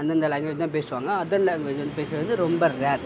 அந்தந்த லாங்க்வேஜ் தான் பேசுவாங்கள் அதர் லாங்க்வேஜ் வந்து பேசுகிறது வந்து ரொம்ப ரேர்